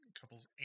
couples